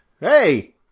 Hey